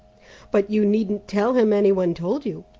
but you needn't tell him any one told you.